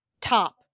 top